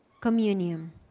Communion